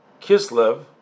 Kislev